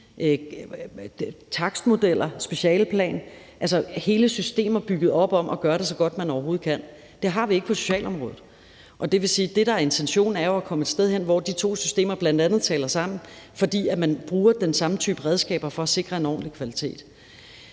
takstmodeller, specialeplan – altså, hele systemer bygget op om at gøre det så godt, som man overhovedet kan. Det har vi ikke på socialområdet, og det vil sige, det, der er intentionen, er jo at komme et sted hen, hvor de to systemer bl.a. taler sammen, fordi man bruger den samme type redskaber for at sikre en ordentlig kvalitet.